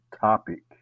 topic